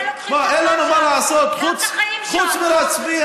זה, לוקחים את הזמן שלנו,